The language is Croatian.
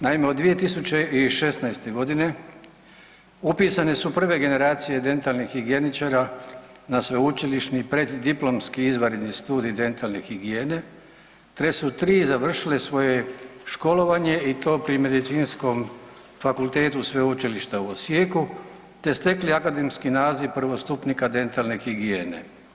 Naime, od 2016.g. upisane su prve generacije dentalnih higijeničara na sveučilišni preddiplomski izvanredni studij dentalne higijene te su tri završile svoje školovanje i to pri Medicinskom fakultetu Sveučilišta u Osijeku te stekli akademski naziv prvostupnika dentalne higijene.